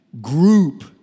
group